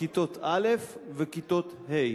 כיתות א' וכיתות ה'.